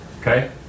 Okay